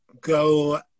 go